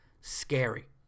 scary